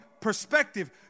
perspective